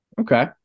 Okay